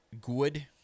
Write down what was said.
Good